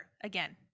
Again